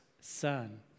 son